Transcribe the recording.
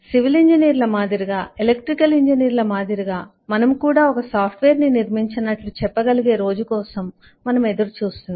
civil ఇంజనీర్ల మాదిరిగాఎలక్ట్రికల్ ఇంజనీర్ల మాదిరిగా మనము కూడా ఒక సాఫ్ట్వేర్ను నిర్మించినట్లు చెప్పగలిగే రోజు కోసం మనము ఎదురుచూస్తున్నాము